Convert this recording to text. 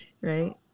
right